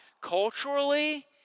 Culturally